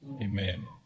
Amen